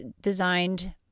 designed